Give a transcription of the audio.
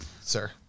Sir